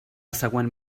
següent